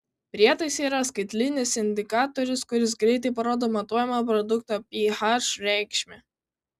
prietaise yra skaitlinis indikatorius kuris greitai parodo matuojamo produkto ph reikšmę